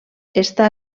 està